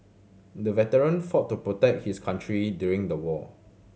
the veteran fought to protect his country during the war